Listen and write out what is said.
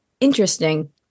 Interesting